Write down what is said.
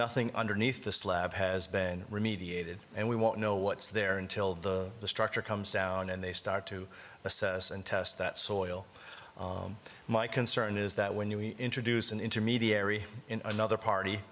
nothing underneath the slab has been remediated and we won't know what's there until the structure comes down and they start to assess and test that soil my concern is that when you introduce an intermediary in another party